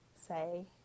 say